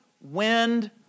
wind